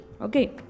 okay